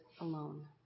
alone